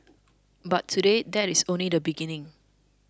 but today that is only the beginning